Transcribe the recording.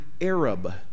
Arab